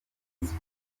sports